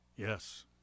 Yes